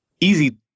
easy